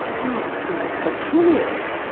wow! we were so curious.